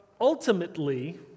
ultimately